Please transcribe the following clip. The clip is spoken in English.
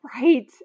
Right